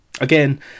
Again